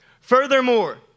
furthermore